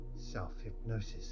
Self-hypnosis